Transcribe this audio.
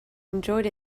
enjoyed